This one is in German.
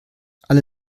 alle